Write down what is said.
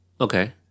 Okay